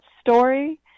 story